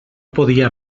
podia